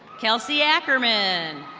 kelsey ackerman.